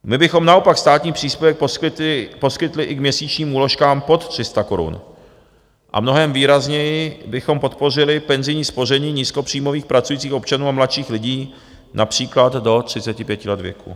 My bychom naopak státní příspěvek poskytli i k měsíčním úložkám pod 300 korun a mnohem výrazněji bychom podpořili penzijní spoření nízkopříjmových pracujících občanů a mladších lidí, například do 35 let věku.